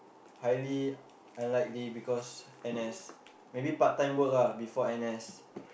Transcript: highly unlikely because N_S maybe part time work lah before N_S